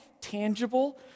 tangible